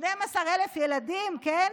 12,000 ילדים, כן?